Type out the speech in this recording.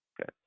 Okay